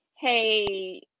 hey